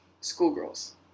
schoolgirls